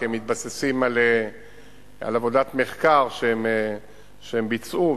כי הם מתבססים על עבודת מחקר שהם ביצעו.